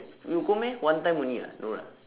you go meh one time only [what] no lah